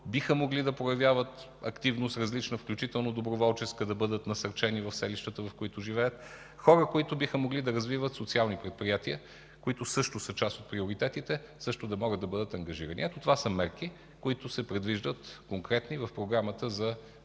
биха могли да проявяват различна активност, включително доброволческа, да бъдат насърчени в селищата, в които живеят; хора, които биха могли да развиват социални предприятия, които също са част от приоритетите, също да могат да бъдат ангажирани. Ето това са конкретни мерки, които се предвиждат в Програмата за